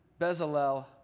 Bezalel